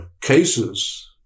cases